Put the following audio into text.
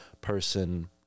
person